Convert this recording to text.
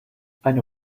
eine